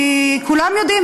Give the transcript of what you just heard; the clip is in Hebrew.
כי כולם יודעים,